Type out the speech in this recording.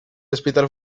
hospital